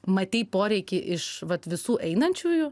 matei poreikį iš vat visų einančiųjų